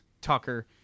Tucker